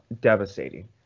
devastating